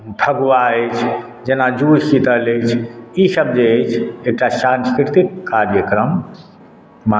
फगुआ अछि जेना जूड़शीतल अछि ईसभ जे अछि एकटा सांस्कृतिक कार्यक्रममे